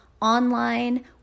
online